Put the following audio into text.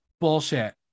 Bullshit